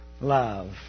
Love